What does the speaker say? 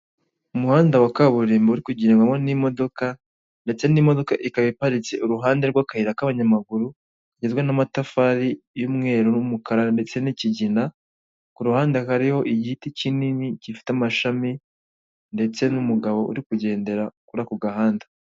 Umuhanda wa kaburimbo uri kugendwamo n'imodoka ndetse n'imodoka ikaba iparitse iruhande rw'akayira k'abanyamaguru igizwe n'amatafari y'umweru n'umukara ndetse n'ikigina, ku ruhande hariho igiti kinini gifite amashami ndetse n'umugabo uri kugendera kuri ako gahanda.